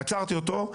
עצרתי אותו,